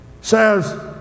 says